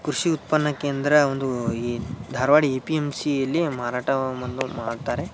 ಕೃಷಿ ಉತ್ಪನ್ನ ಕೇಂದ್ರ ಒಂದು ಈ ಧಾರವಾಡ ಎ ಪಿ ಎಂ ಸಿಯಲ್ಲಿ ಮಾರಾಟವನ್ನು ಮಾಡ್ತಾರೆ